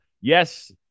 Yes